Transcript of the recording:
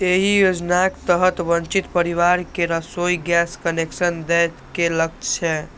एहि योजनाक तहत वंचित परिवार कें रसोइ गैस कनेक्शन दए के लक्ष्य छै